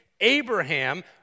Abraham